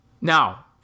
now